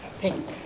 pink